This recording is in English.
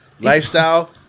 lifestyle